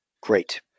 Great